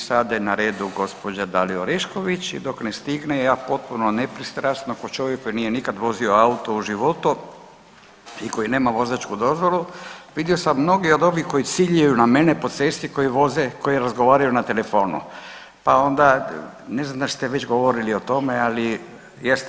I sada je na redu gospođa Dalija Orešković i dok ne stigne ja potpuno nepristrano ko čovjek koji nije nikad vozio auto u životu i koji nema vozačku dozvolu, vidio sam mnoge od ovih koji ciljaju na mene po cesti koji voze koji razgovaraju na telefonu, pa onda ne znam da li ste već govorili o tome, ali jeste.